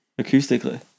acoustically